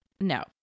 no